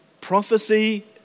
prophecy